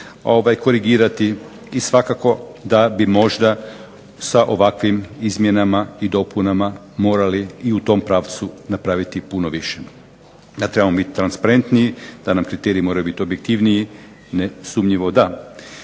korigirati i svakako da bi možda sa ovakvim izmjenama i dopunama morali i u tom pravcu napraviti puno više, da trebamo biti transparentniji, da nam kriteriji moraju biti objektivniji nesumnjivo da.